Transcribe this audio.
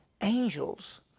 angels